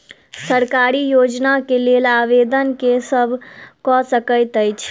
सरकारी योजना केँ लेल आवेदन केँ सब कऽ सकैत अछि?